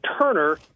Turner